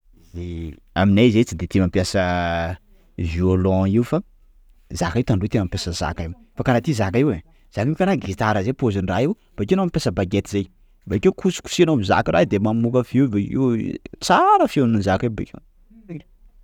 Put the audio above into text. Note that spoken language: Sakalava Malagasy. Aminay zay tsy de tia mampiasa violent io fa, zaka io, Tandroy tena mampiasa zaka io fa kara ty zaka io zaka io ein! _x000D_ Zaka kara gitara zay pôzin"ny raha io, bakeo anao mampiasa bagety zay; bakeo kosokosehinao amin'ny zaka io raha de mamoka feo bakeo, tsara feon'ny zaka io bakeo.